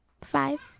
Five